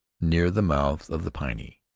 near the mouth of the piney.